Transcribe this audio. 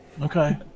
Okay